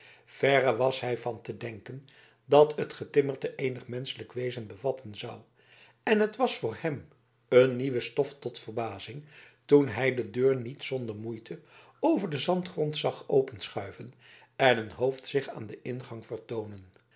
verre was hij van te denken dat het getimmerte eenig menschelijk wezen bevatten zou en het was voor hem een nieuwe stof tot verbazing toen hij de deur niet zonder moeite over den zandgrond zag openschuiven en een hoofd zich aan den ingang vertoonen